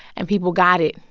and people got it.